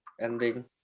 ending